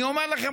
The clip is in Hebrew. אני אומר לכם,